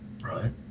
Right